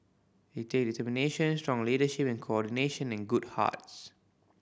it takes determination strong leadership and coordination and good hearts